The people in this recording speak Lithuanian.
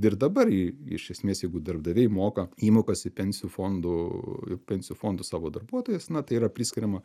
ir dabar jį iš esmės jeigu darbdaviai moka įmokas į pensijų fondų ir pensijų fondus savo darbuotojams na tai yra priskiriama